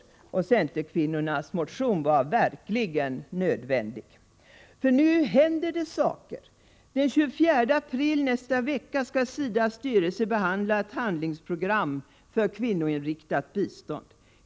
Mot den bakgrunden var centerkvinnornas motion verkligen nödvändig. Nu händer det saker. Den 24 april, i nästa vecka, skall SIDA:s styrelse behandla ett handlingsprogram för kvinnoinriktat bistånd.